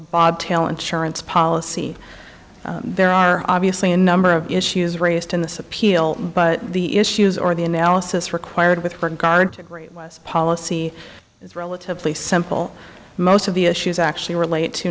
bob tail insurance policy there are obviously a number of issues raised in the subpoena but the issues or the analysis required with regard to great was policy is relatively simple most of the issues actually relate to